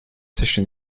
session